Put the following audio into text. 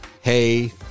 hey